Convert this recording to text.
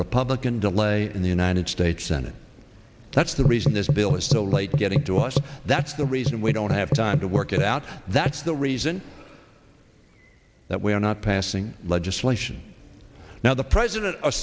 republican delay in the united states senate that's the reason this bill is so late getting to us and that's the reason we don't have time to work it out that's the reason that we are not passing legislation now the president